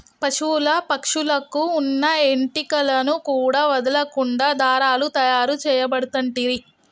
పశువుల పక్షుల కు వున్న ఏంటి కలను కూడా వదులకుండా దారాలు తాయారు చేయబడుతంటిరి